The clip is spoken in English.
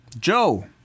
Joe